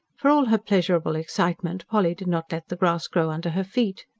for all her pleasurable excitement polly did not let the grass grow under her feet.